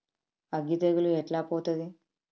అగ్గి తెగులు ఎట్లా పోతది?